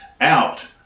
out